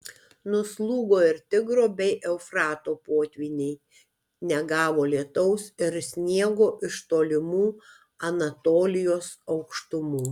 nuslūgo ir tigro bei eufrato potvyniai negavo lietaus ir sniego iš tolimų anatolijos aukštumų